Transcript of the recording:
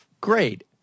great